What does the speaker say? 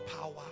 power